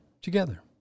together